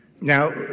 Now